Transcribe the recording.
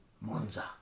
Monza